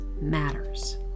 matters